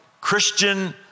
Christian